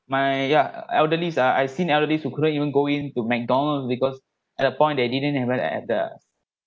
my ya elderly's ah I've seen elderly's who couldn't even go into mcdonald's because at a point they didn't even had the